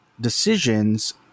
decisions